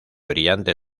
brillante